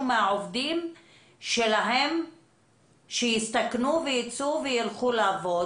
מהעובדים שלהם שיסתכנו ויצאו וילכו לעבוד,